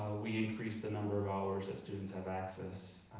we increased the number of hours that students have access.